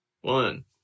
One